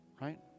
Right